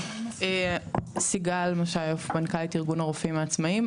אני מנכ"לית ארגון הרופאים העצמאיים.